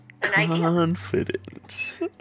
confidence